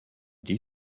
des